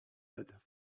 that